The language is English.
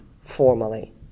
formally